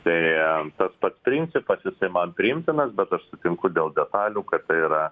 tai tas pats principas jisai man priimtinas bet aš sutinku dėl detalių kad tai yra